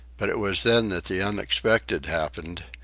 but it was then that the unexpected happened,